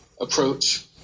approach